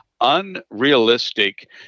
unrealistic